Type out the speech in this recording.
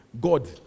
God